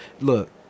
Look